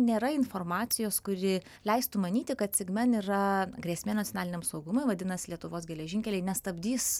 nėra informacijos kuri leistų manyti kad sigmen yra grėsmė nacionaliniam saugumui vadinasi lietuvos geležinkeliai nestabdys